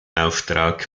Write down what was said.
auftrag